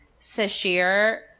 Sashir